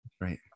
Right